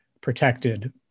protected